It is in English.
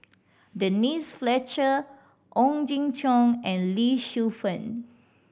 Denise Fletcher Ong Jin Chong and Lee Shu Fen